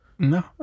No